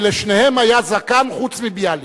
שלשניהם היה זקן חוץ מלביאליק,